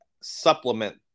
supplement